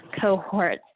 cohorts